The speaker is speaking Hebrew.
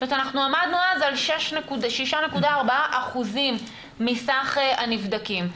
זאת אומרת שעמדנו אז על 6.4% מסך הנבדקים.